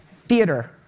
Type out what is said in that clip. Theater